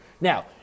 now